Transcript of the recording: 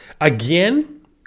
Again